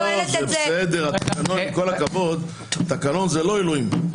התקנון, עם כל הכבוד, זה לא אלוהים.